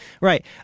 Right